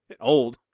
old